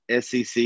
SEC